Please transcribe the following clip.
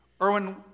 Erwin